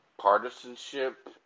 partisanship